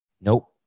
Nope